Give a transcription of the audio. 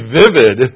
vivid